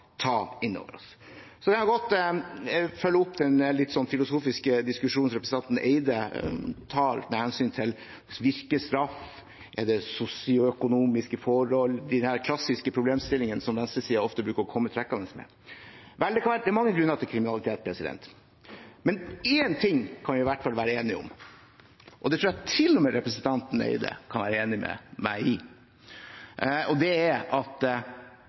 ta inn over oss. Så kan jeg godt følge opp den litt filosofiske diskusjonen som representanten Eide tok med hensyn til om straff virker, og sosioøkonomiske forhold – disse klassiske problemstillingene som venstresiden ofte kommer trekkende med. Det er mange grunner til kriminalitet. Men én ting kan vi iallfall være enige om – det tror jeg til og med representanten Eide kan være enig i – og det er at